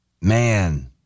Man